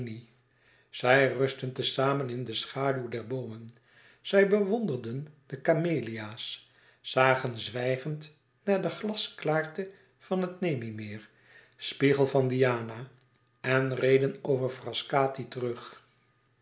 zij rustten te samen in de schaduw der boomen zij bewonderden de camelia's zagen zwijgend naar de glasklaarte van het nemi meer spiegel van diana en reden over frascati terug